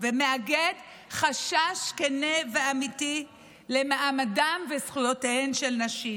ומאגד חשש כן ואמיתי למעמדן וזכויותיהן של נשים.